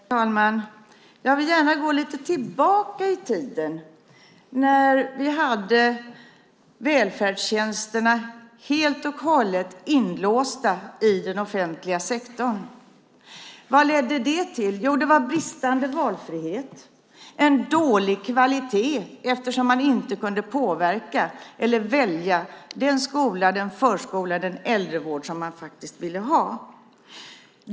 Herr talman! Jag vill gärna gå tillbaka lite i tiden, till den tid när vi hade välfärdstjänsterna helt och hållet inlåsta i den offentliga sektorn. Vad ledde det till? Jo, det var bristande valfrihet. Det var en dålig kvalitet, eftersom man inte kunde påverka eller välja den skola, den förskola, den äldrevård som man faktiskt ville ha.